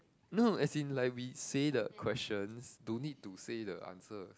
no as in like we say the questions don't need to say the answer